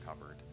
covered